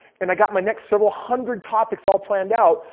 and i got my next several hundred topics all planned out.